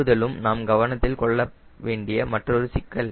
திரும்புதலும் நாம் கவனத்தில் கொள்ளவேண்டிய மற்றொரு சிக்கல்